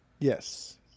Yes